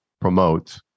promote